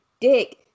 dick